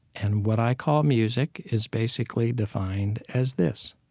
and what i call music is basically defined as this